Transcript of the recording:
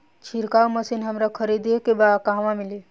छिरकाव मशिन हमरा खरीदे के बा कहवा मिली?